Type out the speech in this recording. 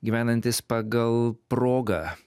gyvenantys pagal progą